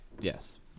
Yes